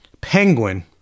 Penguin